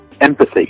empathy